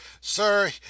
sir